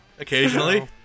Occasionally